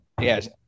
Yes